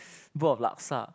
bowl of laksa